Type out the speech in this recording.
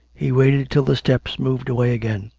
he waited till the steps moved away again.